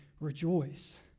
rejoice